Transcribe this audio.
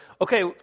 okay